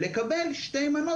שתי מנות.